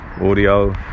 Audio